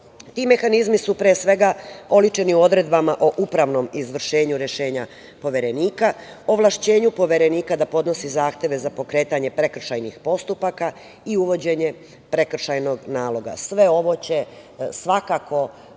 mehanizmi su pre svega, oličeni odredbama o upravnom izvršenju rešenja Poverenika, ovlašćenju Poverenika da podnosi zahteve za pokretanje prekršajnih postupaka i uvođenje prekršajnog naloga. Sve ovo će svakako